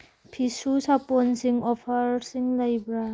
ꯐꯤꯁꯨ ꯁꯥꯄꯣꯟꯁꯤꯡ ꯑꯣꯐꯔꯁꯤꯡ ꯂꯩꯕ꯭ꯔꯥ